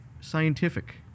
scientific